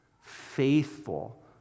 faithful